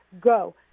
go